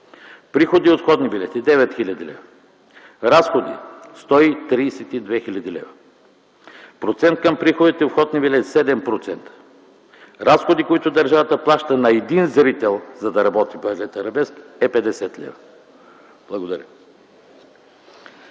приходи от входни билети – 9000 лв., разходи – 132 хил. лв., процент към приходите от входни билети – 7%. Разходите, които държавата плаща на един зрител, за да работи балет „Арабеск”, е 50 лв. Благодаря.